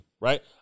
Right